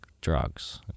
drugs